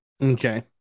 Okay